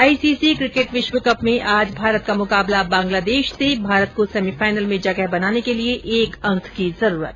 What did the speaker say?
ICC cricket विश्वकप में आज भारत का मुकाबला बांग्लादेश से भारत को सेमीफाइनल मे जगह बनाने के लिये एक अंक की जरूरत